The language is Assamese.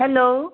হেল্ল'